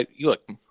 Look